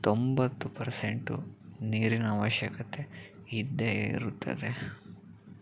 ತೊಂಬತ್ತು ಪರ್ಸೆಂಟು ನೀರಿನ ಅವಶ್ಯಕತೆ ಇದ್ದೇ ಇರುತ್ತದೆ